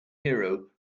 hero